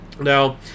Now